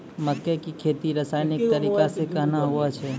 मक्के की खेती रसायनिक तरीका से कहना हुआ छ?